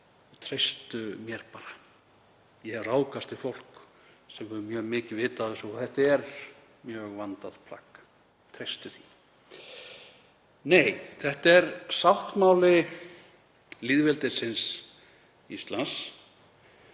þetta er sáttmáli lýðveldisins Íslands